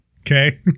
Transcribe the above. Okay